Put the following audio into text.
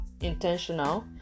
intentional